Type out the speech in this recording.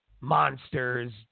monsters